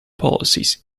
policies